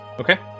Okay